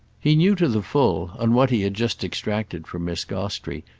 he knew to the full, on what he had just extracted from miss gostrey,